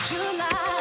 July